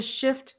shift